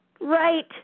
right